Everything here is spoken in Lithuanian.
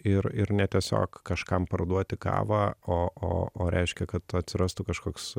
ir ir ne tiesiog kažkam parduoti kavą o o o reiškia kad atsirastų kažkoks